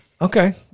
okay